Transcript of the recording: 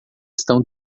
estão